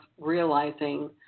realizing